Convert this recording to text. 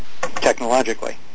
technologically